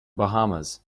bahamas